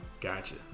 Gotcha